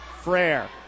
Frere